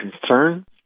concerns